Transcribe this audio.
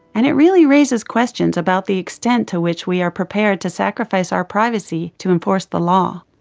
and it really raises questions about the extent to which we are prepared to sacrifice our privacy to enforce the law.